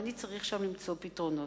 ואני צריך שם למצוא פתרונות?